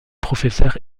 professeur